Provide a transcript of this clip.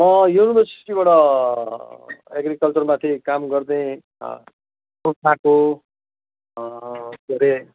म युनिभर्सिटीबाट एग्रिकल्चरमाथि काम गर्दै फुक्पाको के अरे